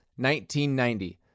1990